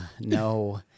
No